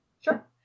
Sure